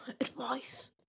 advice